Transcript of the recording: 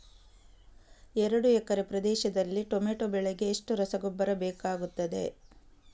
ಎರಡು ಎಕರೆ ಪ್ರದೇಶದಲ್ಲಿ ಟೊಮ್ಯಾಟೊ ಬೆಳೆಗೆ ಎಷ್ಟು ರಸಗೊಬ್ಬರ ಬೇಕಾಗುತ್ತದೆ?